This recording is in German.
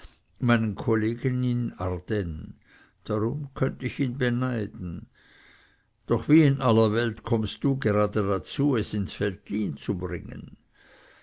meinen kollegen in ardenn darum könnt ich ihn beneiden doch wie in aller welt kommst gerade du dazu es ins veltlin zu bringen